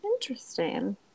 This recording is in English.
Interesting